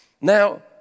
Now